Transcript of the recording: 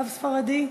רב ספרדי.